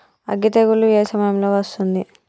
అగ్గి తెగులు ఏ సమయం లో వస్తుంది?